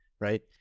Right